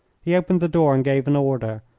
he opened the door and gave an order.